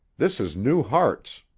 this is new hartz.